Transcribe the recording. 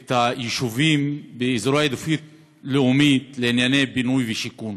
את היישובים באזורי עדיפות לאומית לענייני בינוי ושיכון,